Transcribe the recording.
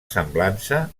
semblança